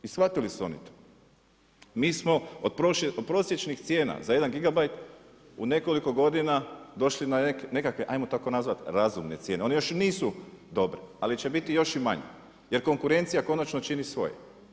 I shvatili su oni to, mi smo od prosječnih cijena za 1GB u nekoliko godina došli na nekakve ajmo to tako nazvati razumne cijene, one još nisu dobre ali će biti još i manje jer konkurencija konačno čini svoje.